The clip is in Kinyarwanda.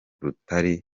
rutari